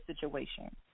situation